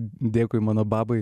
dėkui mano babai